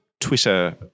Twitter